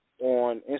on